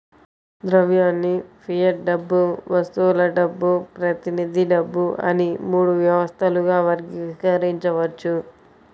ద్రవ్యాన్ని ఫియట్ డబ్బు, వస్తువుల డబ్బు, ప్రతినిధి డబ్బు అని మూడు వ్యవస్థలుగా వర్గీకరించవచ్చు